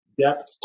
depth